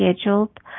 scheduled